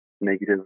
negative